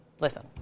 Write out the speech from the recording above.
Listen